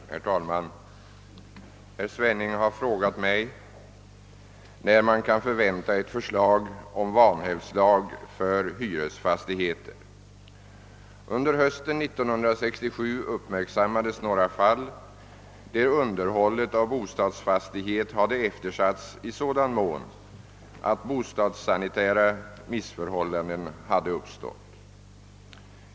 Herr talman! Herr Svenning har frågat mig när man kan förvänta ett förslag om vanhävdslag för hyresfastigheter: Under hösten 1967 uppmärksammades några fall där underhållet av bostadsfastighet hade eftersatts i sådan mån att bostadssanitära missförhållanden hade uppstått.